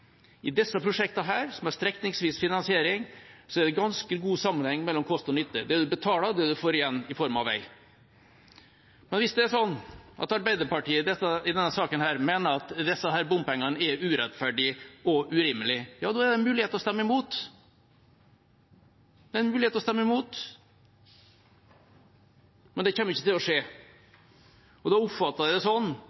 I disse prosjektene, som har strekningsvis finansiering, er det ganske god sammenheng mellom kost og nytte – det man betaler, og det man får igjen i form av vei. Men hvis det er sånn at Arbeiderpartiet i denne saken mener at disse bompengene er urettferdig og urimelig, er det mulighet til å stemme imot. Men det kommer ikke til å skje,